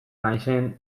naizen